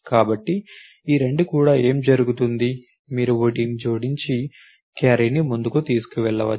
కాబట్టి ఏమి జరుగుతుంది మీరు వీటిని జోడించి క్యారీని ముందుకు తీసుకు వెళ్ళవచ్చు